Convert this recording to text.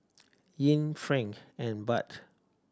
yen franc and Baht